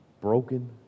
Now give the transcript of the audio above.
Broken